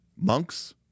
monks